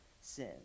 sin